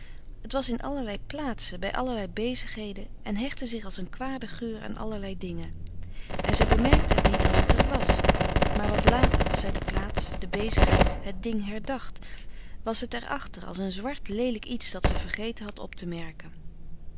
het was in allerlei plaatsen bij allerlei bezigheden en hechtte zich als een kwade geur aan allerlei dingen en zij bemerkte het niet als het er was maar wat later als zij de plaats de bezigheid frederik van eeden van de koele meren des doods het ding herdacht was het er achter als een zwart leelijk iets dat ze vergeten had op te merken